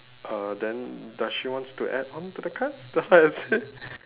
uh then does she want to add on to the card that's what I said